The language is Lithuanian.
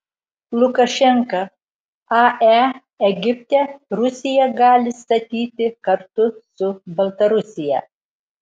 lukašenka ae egipte rusija gali statyti kartu su baltarusija